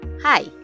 Hi